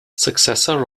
successor